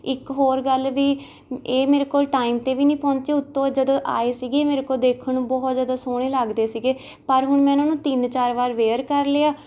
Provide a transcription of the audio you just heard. ਇੱਕ ਹੋਰ ਗੱਲ ਵੀ ਇਹ ਮੇਰੇ ਕੋਲ ਟਾਈਮ 'ਤੇ ਵੀ ਨਹੀਂ ਪਹੁੰਚੇ ਉੱਤੋਂ ਜਦੋਂ ਆਏ ਸੀਗੇ ਮੇਰੇ ਕੋਲ ਦੇਖਣ ਨੂੰ ਬਹੁਤ ਜ਼ਿਆਦਾ ਸੋਹਣੇ ਲੱਗਦੇ ਸੀਗੇ ਪਰ ਹੁਣ ਮੈਂ ਇਨ੍ਹਾਂ ਨੂੰ ਤਿੰਨ ਚਾਰ ਵਾਰ ਵੇਅਰ ਕਰ ਲਿਆ